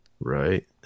Right